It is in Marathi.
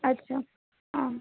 अच्छा हा